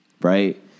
Right